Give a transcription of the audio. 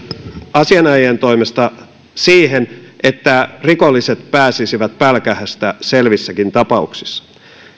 asianajajien toimesta siihen että rikolliset pääsisivät pälkähästä selvissäkin tapauksissa